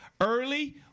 early